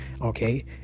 okay